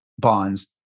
bonds